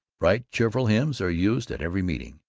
bright cheerful hymns are used at every meeting,